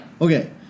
Okay